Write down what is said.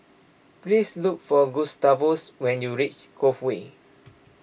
please look for Gustavus when you reach Cove Way